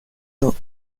dot